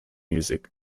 music